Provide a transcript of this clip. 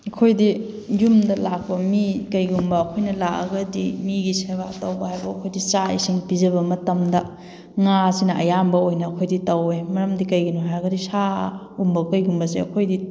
ꯑꯩꯈꯣꯏꯗꯤ ꯌꯨꯝꯗ ꯂꯥꯛꯄ ꯃꯤ ꯀꯩꯒꯨꯝꯕ ꯑꯩꯈꯣꯏꯅ ꯂꯥꯛꯑꯒꯗꯤ ꯃꯤꯒꯤ ꯁꯦꯕꯥ ꯇꯧꯕ ꯍꯥꯏꯕ ꯑꯩꯈꯣꯏꯗꯤ ꯆꯥꯛ ꯏꯁꯤꯡ ꯄꯤꯖꯕ ꯃꯇꯝꯗ ꯉꯥꯁꯤꯅ ꯑꯌꯥꯝꯕ ꯑꯣꯏꯅ ꯑꯩꯈꯣꯏꯗꯤ ꯇꯧꯋꯦ ꯃꯔꯝꯗꯤ ꯀꯩꯒꯤꯅꯣ ꯍꯥꯏꯔꯒꯗꯤ ꯁꯥꯒꯨꯝꯕ ꯀꯩꯒꯨꯝꯕꯁꯦ ꯑꯩꯈꯣꯏꯗꯤ